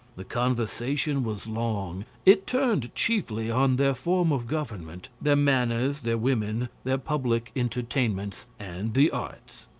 the conversation was long it turned chiefly on their form of government, their manners, their women, their public entertainments, and the arts.